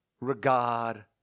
regard